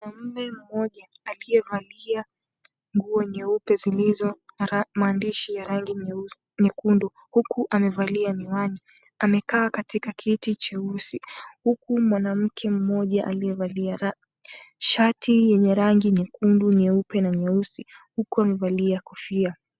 Mwanaume mmoja aliyevalia nguo nyeupe zilizo maandishi ya rangi nyekundu, huku amevalia miwani. Amekaa katika kiti cheusi huku mwanamke mmoja aliyevalia shati yenye rangi nyekundu nyeupe na nyeusi, huku amevalia kofia.